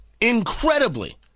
Incredibly